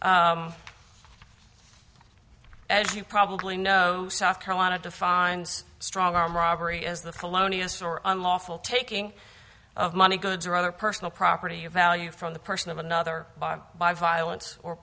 as you probably know south carolina defines strong arm robbery as the felonious or unlawful taking of money goods or other personal property of value from the person of another by violence or